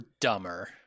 dumber